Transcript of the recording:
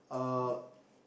uh